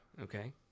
Okay